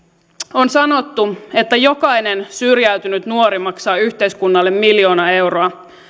on sanottu että jokainen syrjäytynyt nuori maksaa yhteiskunnalle miljoona euroa